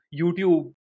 YouTube